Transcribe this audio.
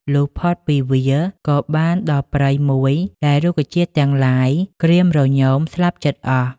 លុះផុតពីវាល ក៏បានដល់ព្រៃមួយដែលរុក្ខជាតិទាំងឡាយក្រៀមរញមស្លាប់ជិតអស់ ។